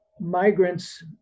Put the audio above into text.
migrants